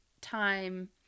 time